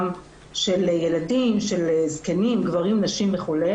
גם של ילדים, של זקנים, גברים, נשים וכו'.